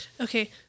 Okay